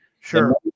Sure